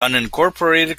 unincorporated